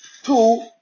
Two